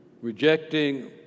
rejecting